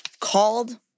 called